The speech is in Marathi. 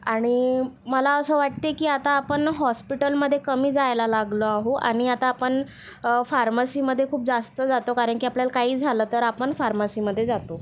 आणि मला असे वाटते की आता आपण हॉस्पिटलमध्ये कमी जायला लागलो आहो आणि आता आपण फार्मसीमध्ये खूप जास्त जातो कारण की आपल्याला काही झालं तर आपण फार्मसीमध्ये जातो